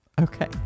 Okay